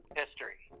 history